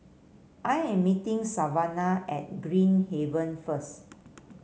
I am meeting Savanna at Green Haven first